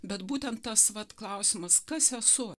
bet būtent tas vat klausimas kas esu